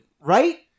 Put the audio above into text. right